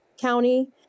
County